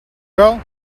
girl